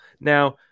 Now